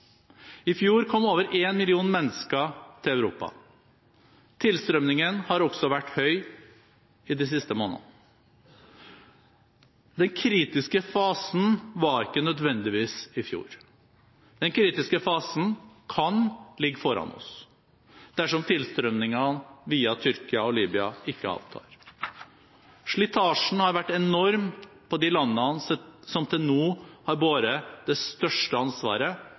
I fjor kom over en million mennesker til Europa. Tilstrømmingen har også vært høy de siste månedene. Den kritiske fasen var ikke nødvendigvis i fjor. Den kritiske fasen kan ligge foran oss dersom tilstrømmingen via Tyrkia og Libya ikke avtar. Slitasjen har vært enorm på de landene som til nå har båret det største ansvaret